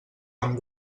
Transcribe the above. amb